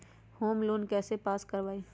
Home loan कैसे pass कर बाबई?